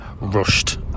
rushed